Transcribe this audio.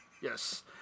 yes